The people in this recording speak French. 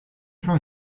plan